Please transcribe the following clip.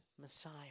Messiah